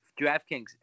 DraftKings